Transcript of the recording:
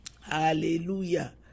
Hallelujah